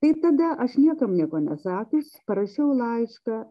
tai tada aš niekam nieko nesakius parašiau laišką